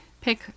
pick